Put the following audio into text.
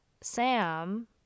Sam